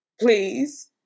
please